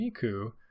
Miku